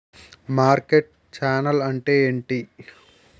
Market channel అంటే ఏంటి?